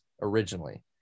originally